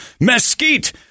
mesquite